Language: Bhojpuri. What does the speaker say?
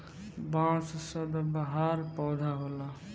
बांस सदाबहार पौधा होला